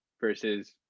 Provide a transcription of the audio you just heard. versus